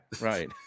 Right